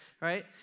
right